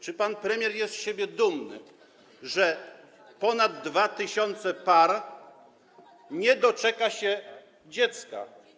Czy pan premier jest z siebie dumny, że ponad 2 tys. par nie doczeka się dziecka?